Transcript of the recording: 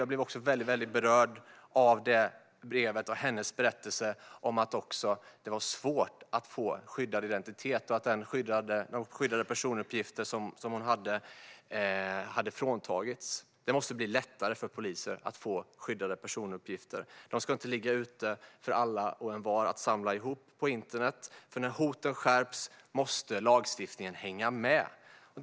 Jag blev också väldigt berörd av det brevet och hennes berättelse om att det var svårt att få skyddad identitet och om att de skyddade personuppgifter som hon hade fått hade fråntagits henne. Det måste bli lättare för poliser att få skyddade personuppgifter. Uppgifterna ska inte ligga ute för alla och envar att samla ihop på internet. När hoten skärps måste lagstiftningen hänga med.